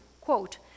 Quote